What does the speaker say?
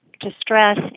distress